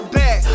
back